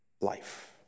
life